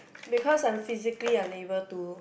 because I'm physically unable to